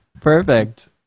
Perfect